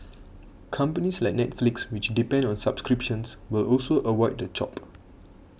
companies like Netflix which depend on subscriptions will also avoid the chop